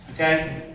okay